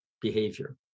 behavior